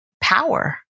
power